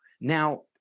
Now